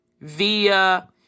via